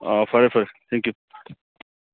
ꯑꯥ ꯐꯔꯦ ꯐꯔꯦ ꯊꯦꯡꯀ꯭ꯌꯨ